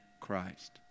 Christ